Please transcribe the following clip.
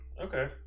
Okay